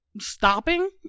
Stopping